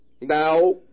now